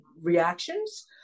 reactions